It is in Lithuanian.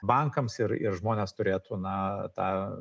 bankams ir ir žmonės turėtų na tą